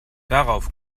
darauf